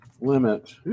limit